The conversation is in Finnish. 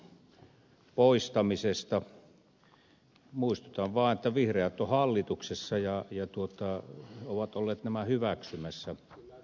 muistutan vaan että vihreät ovat hallituksessa ja ovat olleet nämä hyväksymässä